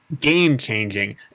game-changing